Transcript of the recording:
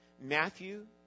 Matthew